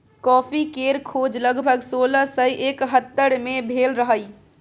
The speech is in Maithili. कॉफ़ी केर खोज लगभग सोलह सय एकहत्तर मे भेल रहई